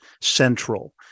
central